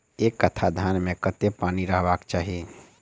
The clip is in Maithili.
एक कट्ठा धान मे कत्ते पानि रहबाक चाहि?